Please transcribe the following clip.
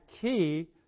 key